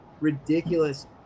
ridiculous